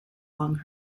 long